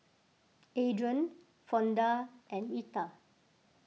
Adrian Fonda and Retha